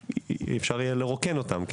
לא היה ניתן לרוקן הרבה מאוד מכלי נפט,